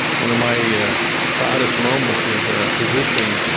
one of my proudest moments as a physician,